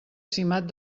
simat